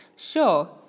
Sure